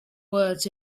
words